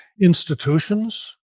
institutions